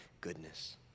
goodness